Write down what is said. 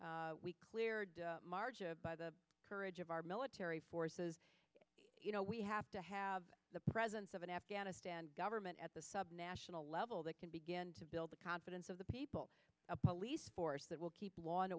when we cleared marja by the courage of our military forces we have to have the presence of an afghanistan government at the subnational level that can begin to build the confidence of the people a police force that will keep law and